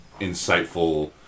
insightful